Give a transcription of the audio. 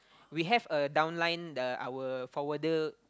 we have a down line the our forwarder